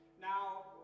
Now